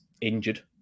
injured